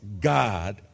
God